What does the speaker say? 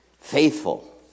Faithful